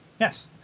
Yes